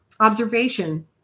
observation